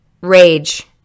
Rage